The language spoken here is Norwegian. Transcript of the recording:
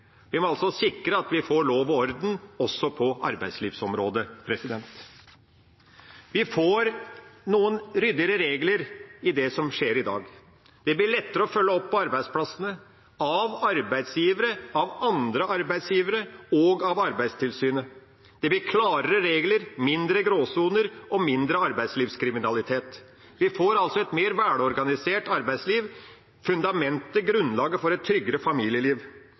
vi må sikre at vi får lov og orden også på arbeidslivsområdet. Vi får ryddigere regler med det som skjer i dag. De blir lettere å følge opp på arbeidsplassene, for arbeidsgivere, for andre arbeidsgivere og for Arbeidstilsynet. Det blir klarere regler, mindre gråsoner og mindre arbeidslivskriminalitet. Vi får altså et mer velorganisert arbeidsliv, som er fundamentet og grunnlaget for et tryggere familieliv.